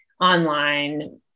online